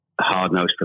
hard-nosed